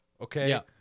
okay